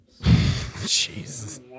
Jesus